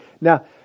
Now